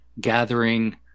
gathering